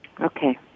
Okay